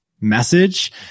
message